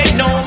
no